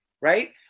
Right